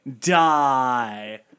Die